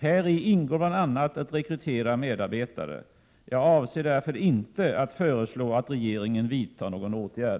Häri ingår bl.a. att rekrytera medarbetare. Jag avser därför inte att föreslå att regeringen vidtar någon åtgärd.